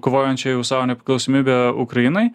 kovojančiai už savo nepriklausomybę ukrainai